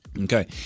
Okay